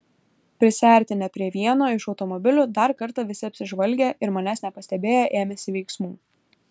prisiartinę prie vieno iš automobilių dar kartą visi apsižvalgė ir manęs nepastebėję ėmėsi veiksmų